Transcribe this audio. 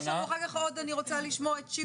כי אחרי זה אני עוד רוצה לשמוע את שפרה